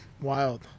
wild